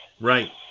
Right